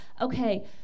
okay